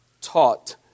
taught